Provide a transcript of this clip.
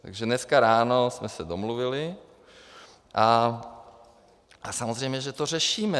Takže dneska ráno jsme se domluvili a samozřejmě že to řešíme.